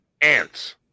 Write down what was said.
ants